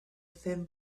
thin